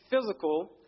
physical